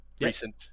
recent